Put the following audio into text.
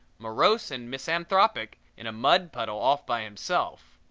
morose and misanthropic, in a mud puddle off by himself.